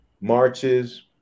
marches